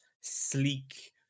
sleek